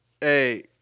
Hey